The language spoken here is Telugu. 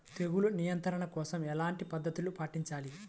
తెగులు నియంత్రణ కోసం ఎలాంటి పద్ధతులు పాటించాలి?